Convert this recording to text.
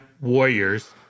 Warriors